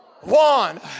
one